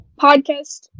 podcast